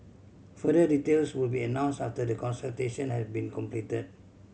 further details will be announced after the consultation had been completed